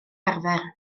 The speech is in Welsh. arfer